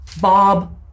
Bob